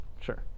Sure